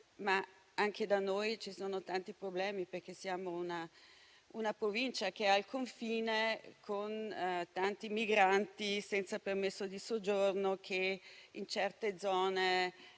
Ma anche da noi ci sono tanti problemi, perché siamo una Provincia che è al confine, con tanti migranti senza permesso di soggiorno, che stazionano